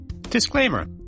disclaimer